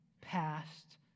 past